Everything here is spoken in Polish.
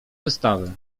wystawy